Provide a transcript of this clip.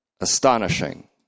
Astonishing